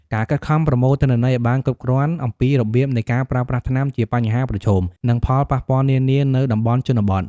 ការខិតខំប្រមូលទិន្នន័យឱ្យបានគ្រប់គ្រាន់អំពីរបៀបនៃការប្រើប្រាស់ថ្នាំ ជាបញ្ហាប្រឈម និងផលប៉ះពាល់នានានៅតំបន់ជនបទ។